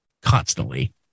constantly